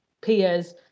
peers